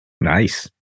Nice